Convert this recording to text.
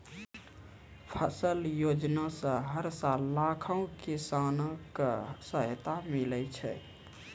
फसल योजना सॅ हर साल लाखों किसान कॅ सहायता मिलै छै